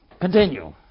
Continue